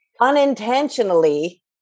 unintentionally